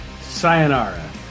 sayonara